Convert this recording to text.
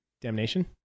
Damnation